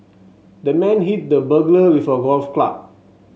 the man hit the burglar with a golf club